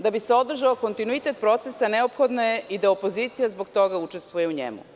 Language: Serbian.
Da bi se održao kontinuitet procesa neophodno je i da opozicija zbog toga učestvuje u njemu.